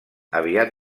aviat